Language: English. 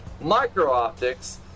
micro-optics